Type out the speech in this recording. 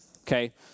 okay